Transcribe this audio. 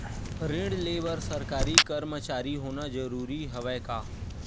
ऋण ले बर सरकारी कर्मचारी होना जरूरी हवय का?